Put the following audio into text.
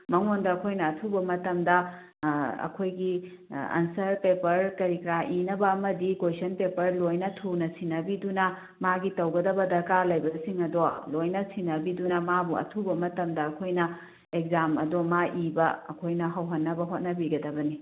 ꯃꯉꯣꯟꯗ ꯑꯩꯈꯣꯏꯅ ꯑꯊꯨꯕ ꯃꯇꯝꯗ ꯑꯩꯈꯣꯏꯒꯤ ꯑꯟꯁꯔ ꯄꯦꯄꯔ ꯀꯔꯤ ꯀꯔꯥ ꯏꯅꯕ ꯑꯃꯗꯤ ꯀꯣꯏꯁꯟ ꯄꯦꯄꯔ ꯂꯣꯏꯅ ꯊꯨꯅ ꯁꯤꯟꯅꯕꯤꯗꯨꯅ ꯃꯥꯒꯤ ꯇꯧꯒꯗꯕ ꯗꯔꯀꯥꯔ ꯂꯩꯕꯁꯤꯡ ꯑꯗꯣ ꯂꯣꯏꯅ ꯁꯤꯟꯅꯕꯤꯗꯨꯅ ꯃꯥꯕꯨ ꯑꯊꯨꯕ ꯃꯇꯝꯗ ꯑꯩꯈꯣꯏꯅ ꯑꯦꯛꯖꯥꯝ ꯑꯗꯣ ꯃꯥ ꯏꯕ ꯑꯩꯈꯣꯏꯅ ꯍꯧꯍꯟꯅꯕ ꯍꯣꯠꯅꯕꯤꯒꯗꯕꯅꯤ